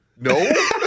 No